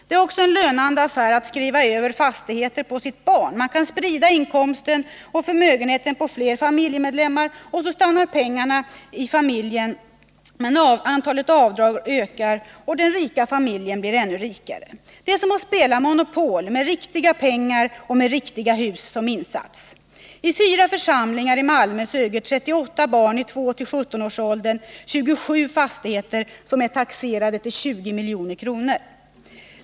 Det är också en lönande affär att skriva över fastigheter på sitt barn. Man kan sprida inkomsten och förmögenheten på flera familjemedlemmar. Och så stannar pengarna i familjen. Antalet avdrag ökar, och den rika familjen blir ännu rikare. Det är som att spela Monopol med riktiga pengar och riktiga hus som insats. I fyra församlingar i Malmö äger 38 barn i2 till 17 års ålder 27 fastigheter som är taxerade till 20 milj.kr.